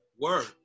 Word